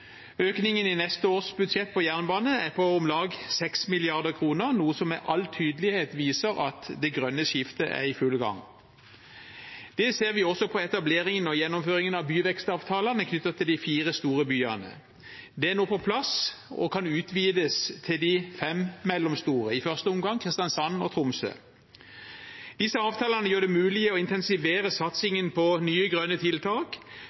Økningen i neste års budsjett for jernbane er på om lag 6 mrd. kr, noe som med all tydelighet viser at det grønne skiftet er i full gang. Det ser vi også på etableringen og gjennomføringen av byvekstavtalene knyttet til de fire store byene. Det er nå på plass og kan utvides til de fem mellomstore, i første omgang Kristiansand og Tromsø. Disse avtalene gjør det mulig å intensivere satsingen på nye, grønne tiltak